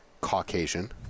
Caucasian